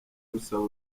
rusaba